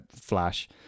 flash